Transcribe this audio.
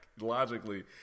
logically –